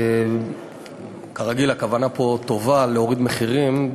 כרגיל, הכוונה פה טובה: להוריד מחירים.